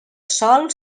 sòl